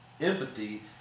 empathy